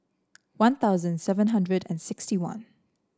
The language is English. One Thousand seven hundred and sixty one